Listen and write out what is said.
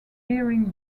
bearing